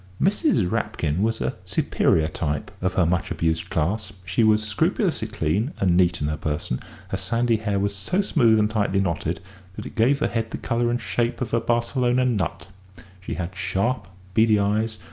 mrs. rapkin was a superior type of her much-abused class. she was scrupulously clean and neat in her person her sandy hair was so smooth and tightly knotted that it gave her head the colour and shape of a barcelona nut she had sharp, beady eyes,